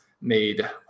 made